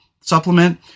supplement